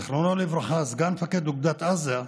זיכרונו לברכה, סגן מפקד אוגדת עזה,